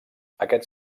aquests